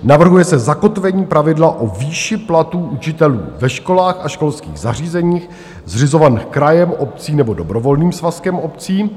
Navrhuje se zakotvení pravidla o výši platů učitelů ve školách a školských zařízeních zřizovaných krajem, obcí nebo dobrovolným svazkem obcí.